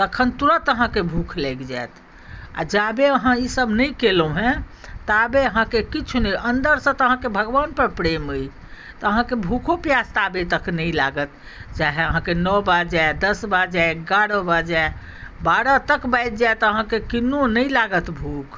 तखन तुरत अहाँकेँ भूख लागि जायत आ जाबे अहाँ ई सब नहि कयलहुँ हँ ताबे अहाँकेँ किछु नहि अन्दरसँ तऽ अहाँकेँ भगवान पर प्रेम अइ तऽ अहाँकेँ भूखो प्यास ताबे तक नहि लागत चाहे अहाँकेँ नओ बाजै दश बाजै एगारह बाजै बारह तक बाजि जाएत अहाँकेँ किन्नौ नहि लागत भूख